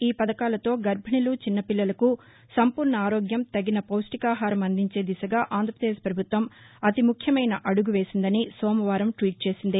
ఈ పథకాలతో గర్భిణులు చిన్న పిల్లలకు సంపూర్ణ ఆరోగ్యం తగిన పౌష్టికాహారం అందించే దిశగా ఆంధ్రప్రదేశ్ ప్రభుత్వం అతి ముఖ్యమైన అడుగు వేసిందని సోమవారం ట్వీట్ చేసింది